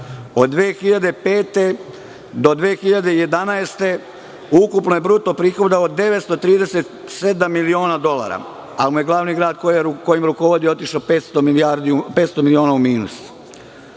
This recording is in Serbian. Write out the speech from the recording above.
do 2011. godine ukupno je bruto prihoda od 937 miliona dolara, ali mu je glavni grad kojim rukovodi otišao 500 miliona u